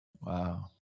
wow